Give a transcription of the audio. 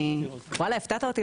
הפתעת אותי,